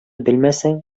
белмәсәң